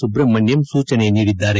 ಸುಬ್ರಹ್ನಣ್ಣಮ್ ಸೂಚನೆ ನೀಡಿದ್ದಾರೆ